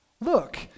Look